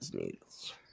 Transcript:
needles